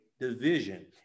division